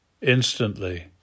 instantly